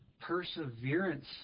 perseverance